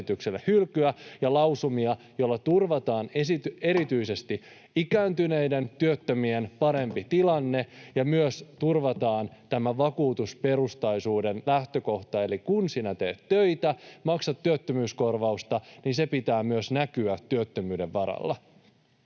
hylkyä ja lausumia, joilla turvataan erityisesti ikääntyneiden työttömien parempi tilanne ja turvataan myös tämä vakuutusperustaisuuden lähtökohta eli se, että kun sinä teet töitä ja maksat työttömyyskorvausta, niin sen pitää myös näkyä työttömyyden varalla.